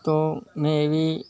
તો મેં એવી